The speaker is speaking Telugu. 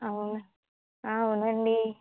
అవున అవును అండి